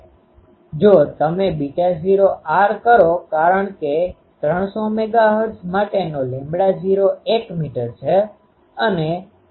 જો તમે β૦r કરો કારણ કે 300 MHz માટેનો λ૦ એક મીટર છે